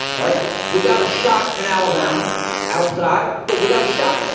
all right. we've got a shot. an alabama outside. but we've got a shot.